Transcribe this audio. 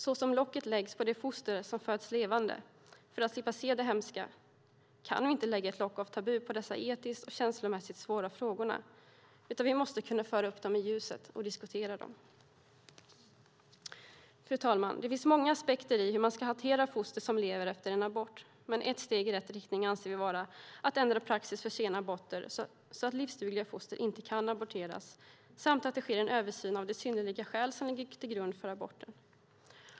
Såsom locket läggs på de foster som föds levande för att vi ska slippa se det hemska kan vi inte lägga ett lock av tabu på dessa etiskt och känslomässigt svåra frågor, utan vi måste kunna föra upp dem i ljuset och diskutera dem. Fru talman! Det finns många aspekter i hur man ska hantera foster som lever efter abort, men ett steg i rätt riktning anser vi vara att ändra praxis för sena aborter, så att livsdugliga foster inte kan aborteras, samt att göra en översyn av de synnerliga skäl som ligger till grund för aborten.